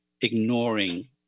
ignoring